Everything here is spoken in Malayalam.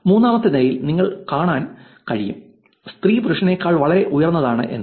മൂന്നാമത്തെ നിരയിൽ നിങ്ങൾക്ക് കാണാൻ കഴിയും സ്ത്രീ പുരുഷനേക്കാൾ വളരെ ഉയർന്നതാണ് എന്ന്